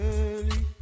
early